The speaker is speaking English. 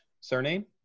surname